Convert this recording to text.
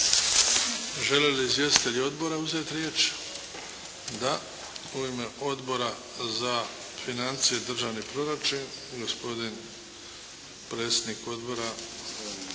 Žele li izvjestitelji odbora uzeti riječ? Da. U ime Odbora za financije i državni proračun gospodin predsjednik Odbora